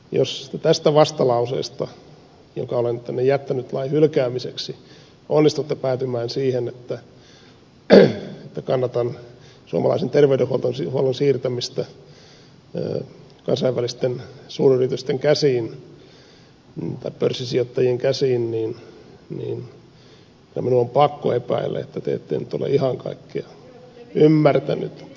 jos te tästä vastalauseesta jonka olen jättänyt lain hylkäämiseksi onnistutte päätymään siihen että kannatan suomalaisen terveydenhuollon siirtämistä kansainvälisten pörssisijoittajien käsiin niin kyllä minun on pakko epäillä että te ette nyt ole ihan kaikkea ymmärtänyt